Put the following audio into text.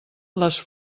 les